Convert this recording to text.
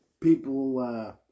people